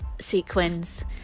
sequins